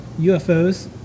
UFOs